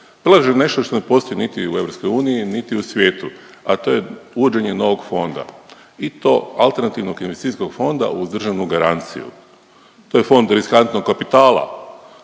predlaže nešto što ne postoji niti u Europskoj uniji, niti u svijetu a to je uvođenje novog fonda i to alternativnog investicijskog fonda uz državnu garanciju. To je fond riskantnog kapitala